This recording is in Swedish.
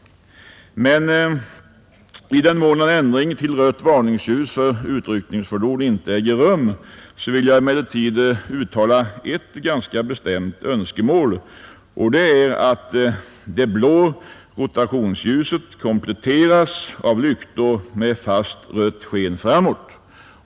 Men i den mån en ändring till rött varningsljus för utryckningsfordon inte äger rum vill jag emellertid uttala ett ganska bestämt önskemål, nämligen att det blå rotationsljuset kompletteras av lyktor med fast rött sken framåt.